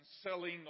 selling